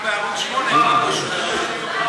והסתכלנו בערוץ 8, גם לא שודרו.